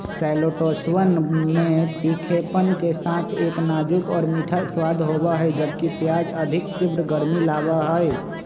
शैलोट्सवन में तीखेपन के साथ एक नाजुक और मीठा स्वाद होबा हई, जबकि प्याज अधिक तीव्र गर्मी लाबा हई